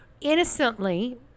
innocently